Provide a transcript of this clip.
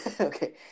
Okay